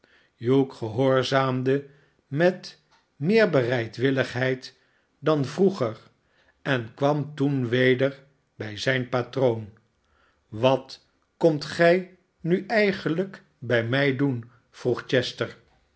hugh gehoorzaamde met meer bereidwilligheid dan vroeger en kwam toen weder bij zijn patroon wat komt gij nu eigenlijk bij mij doen vroeg chester